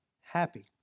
happy